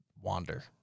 wander